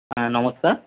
হ্যাঁ নমস্কার